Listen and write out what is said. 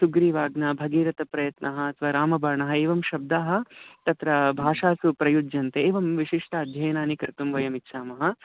सुग्रीवाज्ञा भगीरथप्रयत्नः अथवा रामबाणः एवं शब्दाः तत्र भाषासु प्रयुज्यन्ते एवं विशिष्ट अध्ययनानि कर्तुं वयमिच्छामः